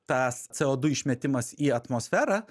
tas co du išmetimas į atmosferą